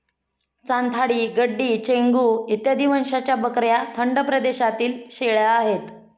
चांथागी, गड्डी, चेंगू इत्यादी वंशाच्या बकऱ्या थंड प्रदेशातील शेळ्या आहेत